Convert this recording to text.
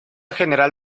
general